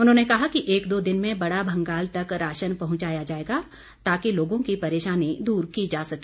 उन्होंने कहा कि एक दो दिन में बड़ा भंगाल तक राशन पहुंचाया जाएगा ताकि लोगों की परेशानी दूर की जा सके